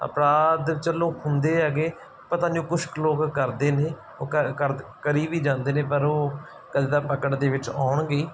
ਅਪਰਾਧ ਚਲੋ ਹੁੰਦੇ ਹੈਗੇ ਪਤਾ ਨਹੀਂ ਕੁਛ ਕੁ ਲੋਕ ਕਰਦੇ ਨੇ ਉਹ ਕਰੀ ਵੀ ਜਾਂਦੇ ਨੇ ਪਰ ਉਹ ਕਦੇ ਤਾਂ ਪਕੜ ਦੇ ਵਿੱਚ ਆਉਣਗੇ